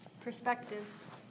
perspectives